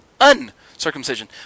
uncircumcision